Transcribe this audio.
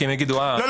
כי אם יגידו הא -- לא,